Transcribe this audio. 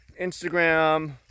Instagram